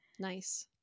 Nice